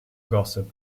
gossip